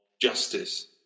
justice